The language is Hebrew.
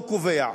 הוא קובע,